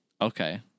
Okay